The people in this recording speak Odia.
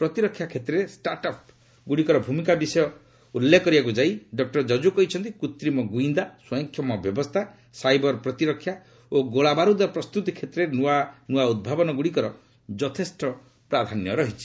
ପ୍ରତିରକ୍ଷା କ୍ଷେତ୍ରରେ ଷ୍ଟାର୍ଟ୍ଅପ୍ ଗୁଡ଼ିକର ଭୂମିକା ବିଷୟ ଉଲ୍ଲ୍ଲେଖ କରିବାକୁ ଯାଇ ଡକ୍କର କକ୍ତୁ କହିଛନ୍ତି କୁତ୍ରିମ ଗୁଇନ୍ଦା ସ୍ୱୟଂକ୍ଷମ ବ୍ୟବସ୍ଥା ସାଇବର ପ୍ରତିରକ୍ଷା ଓ ଗୋଳାବାରୁଦ ପ୍ରସ୍ତୁତି କ୍ଷେତ୍ରରେ ନୂଆ ନୂଆ ଉଭାବନ ଗ୍ରଡ଼ିକର ଯଥେଷ୍ଟ ପ୍ରାଧାନ୍ୟ ରହିଛି